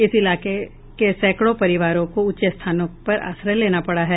इस इलाके के सैंकड़ों परिवारों को ऊंचे स्थानों पर आश्रय लेना पड़ा है